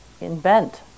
invent